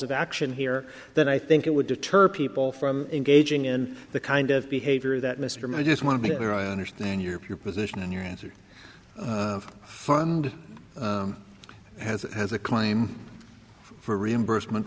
of action here that i think it would deter people from engaging in the kind of behavior that mr may just want to be clear i understand your position and your answer fund has has a claim for reimbursement